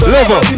Level